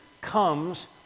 comes